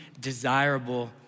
desirable